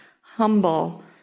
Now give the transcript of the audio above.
humble